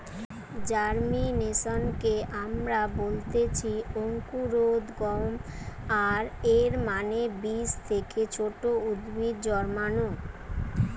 জার্মিনেশনকে আমরা বলতেছি অঙ্কুরোদ্গম, আর এর মানে বীজ থেকে ছোট উদ্ভিদ জন্মানো